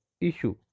issue